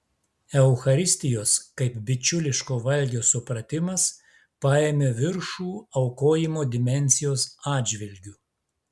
eucharistijos kaip bičiuliško valgio supratimas paėmė viršų aukojimo dimensijos atžvilgiu